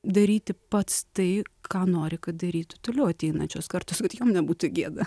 daryti pats tai ką nori kad darytų toliau ateinančios kartos kad jiem nebūtų gėda